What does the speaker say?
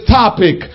topic